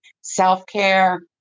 self-care